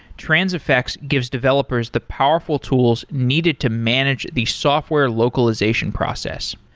transifex gives developers the powerful tools needed to manage the software localization process.